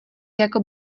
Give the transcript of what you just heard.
jako